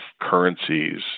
currencies